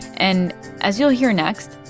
and as you'll hear next,